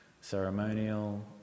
ceremonial